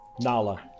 Nala